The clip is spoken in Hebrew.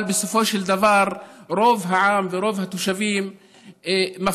אבל בסופו של דבר, רוב העם ורוב התושבים מפסידים.